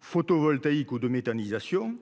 photovoltaïque ou de méthanisation